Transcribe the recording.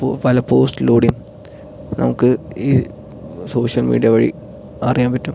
പോ പല പോസ്റ്റിലൂടെയും നമുക്ക് ഈ സോഷ്യൽമീഡിയ വഴി അറിയാൻപറ്റും